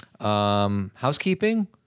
Housekeeping